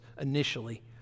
initially